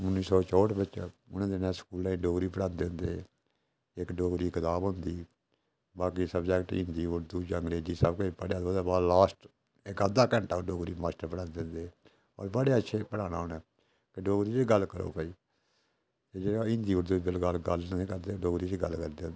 उन्नी सौ चौंह्ठ बिच्च उनें दिनें स्कूलें बिच डोगरी पढ़ांदे होंदे हे इक डोगरी कताब होंदी ही बाकी सब्जेक्ट हिंदी उर्दू जां अंग्रेज़ी ते सब किश पढ़ेआ ते ओह्दे बाद लास्ट इक अद्धा घैंटा डोगरी मास्टर पढांदे होंदे हे ते बड़े अच्छे पढ़ाना उनें कि डोगरी च गल्ल करो भई जेह्का हिंदी उर्दू अंग्रेज़ी च गल्ल निं करदे डोगरी च गल्ल करदे होंदे हे